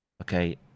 okay